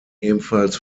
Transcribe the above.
ebenfalls